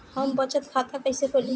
हम बचत खाता कईसे खोली?